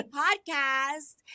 podcast